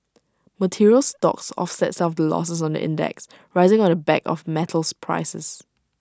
materials stocks offset some of the losses on the index rising on the back of metals prices